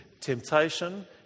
temptation